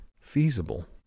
feasible